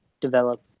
develop